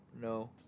no